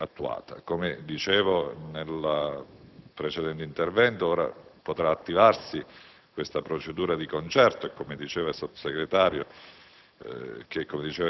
non risulta attuata. Come dicevo nel precedente intervento, ora potrà attivarsi questa procedura di concerto tra la Regione e il